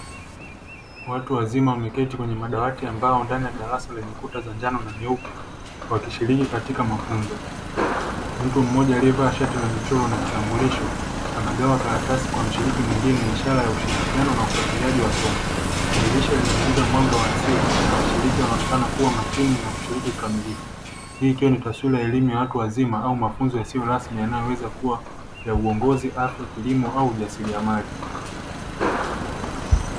Watu wazima wameketi kwenye madawati ya mbao ndani ya darasa lenye kuta za njano na nyeupe, wakishiriki katika mafunzo. Mtu mmoja alievaa shati la michoro na kitambulisho anagawa karatasi kwa mshiriki mwingine, ishara ya ushirikiano na ufuatiliaji wa somo. Dirisha linaingiza mwanga wa asili na washiriki wanaonekana kuwa makini na kushiriki kikamilifu, hii ikiwa ni taswira ya elimu ya watu wazima au mafunzo yasiyo rasmi yanayoweza kuwa ya uongozi, afya, kilimo au ujasiliamali.